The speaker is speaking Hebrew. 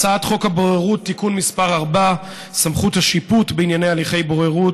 הצעת חוק הבוררות (תיקון מס' 4) (סמכות השיפוט בעניין הליכי בוררות),